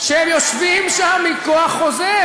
שהם יושבים שם מכוח חוזה,